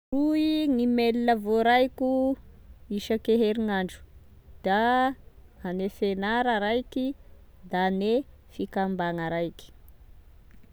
Roy ngy mail voaraiko isake herignandro da ane fenara raiky da ane fikambagna raiky.